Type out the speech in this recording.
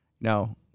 no